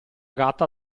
gatta